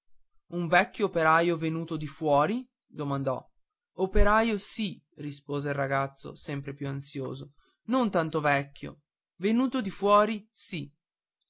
un vecchio operaio venuto di fuori domandò operaio sì rispose il ragazzo sempre più ansioso non tanto vecchio venuto di fuori sì